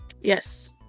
Yes